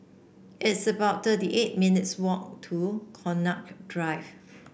it's about thirty eight minutes' walk to Connaught Drive